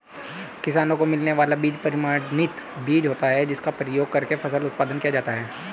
किसानों को मिलने वाला बीज प्रमाणित बीज होता है जिसका प्रयोग करके फसल उत्पादन किया जाता है